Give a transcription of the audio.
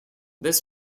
this